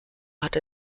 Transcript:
hat